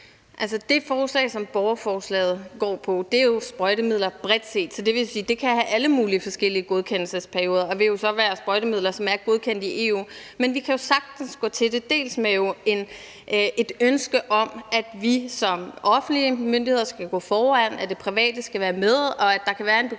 (Lea Wermelin): Borgerforslaget går jo på sprøjtemidler bredt set, så det vil sige, at det kan have alle mulige forskellige godkendelsesperioder, og det vil jo så være sprøjtemidler, som er godkendt i EU. Men vi kan jo sagtens gå til det med et ønske om, at vi som offentlig myndighed skal gå foran, at det private skal være med, fordi der kan være en bekymring